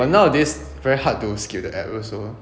but nowadays very hard to skip the ad also